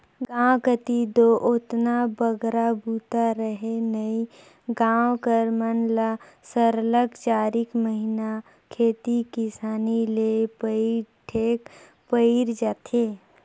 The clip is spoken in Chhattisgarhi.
गाँव कती दो ओतना बगरा बूता रहें नई गाँव कर मन ल सरलग चारिक महिना खेती किसानी ले पइठेक पइर जाथे